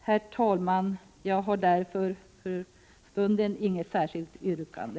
Herr talman! Jag har därför för stunden inget särskilt yrkande.